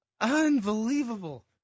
Unbelievable